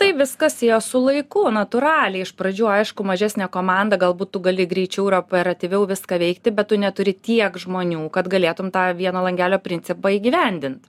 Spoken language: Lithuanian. tai viskas ėjo su laiku natūraliai iš pradžių aišku mažesnė komanda galbūt tu gali greičiau ir operatyviau viską veikti bet tu neturi tiek žmonių kad galėtum tą vieno langelio principą įgyvendint